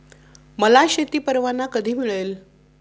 मला शेती परवाना कधी मिळेल?